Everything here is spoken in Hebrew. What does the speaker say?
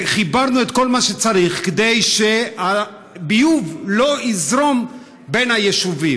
וחיברנו את כל מה שצריך כדי שהביוב לא יזרום בין היישובים.